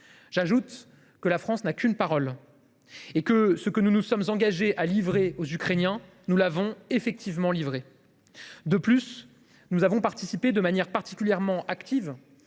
J’ajoute que la France n’a qu’une parole : ce que nous nous sommes engagés à livrer aux Ukrainiens, nous l’avons effectivement livré. De plus, nous avons participé de manière particulièrement active